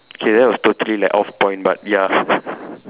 okay that was totally like off point but ya